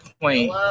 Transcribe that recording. point